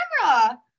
camera